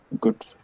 good